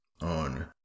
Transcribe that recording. on